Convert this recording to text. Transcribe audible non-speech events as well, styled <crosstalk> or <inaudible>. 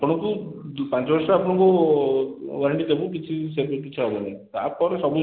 ଆପଣଙ୍କୁ <unintelligible> ଆପଣଙ୍କୁ ୱାରେଣ୍ଟି ଦେବୁ କିଛି ସେଥିରେ କିଛି ହେବନି ତା'ପରେ ସବୁ